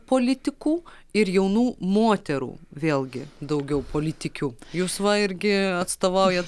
politikų ir jaunų moterų vėlgi daugiau politikių jūs va irgi atstovauja